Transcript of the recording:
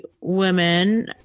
women